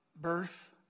birth